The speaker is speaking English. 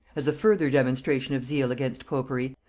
as a further demonstration of zeal against popery,